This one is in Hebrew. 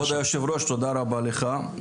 כבוד היושב ראש, תודה רבה לך.